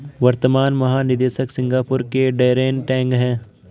वर्तमान महानिदेशक सिंगापुर के डैरेन टैंग हैं